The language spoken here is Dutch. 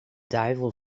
duivel